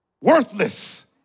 Worthless